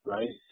Right